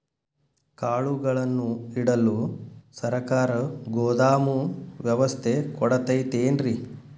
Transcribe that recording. ಕಾಳುಗಳನ್ನುಇಡಲು ಸರಕಾರ ಗೋದಾಮು ವ್ಯವಸ್ಥೆ ಕೊಡತೈತೇನ್ರಿ?